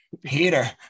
Peter